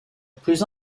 plus